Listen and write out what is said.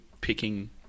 picking